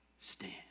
stand